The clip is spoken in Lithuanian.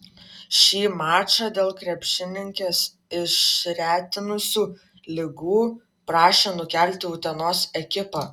šį mačą dėl krepšininkes išretinusių ligų prašė nukelti utenos ekipa